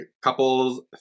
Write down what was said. couple's